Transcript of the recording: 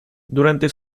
durante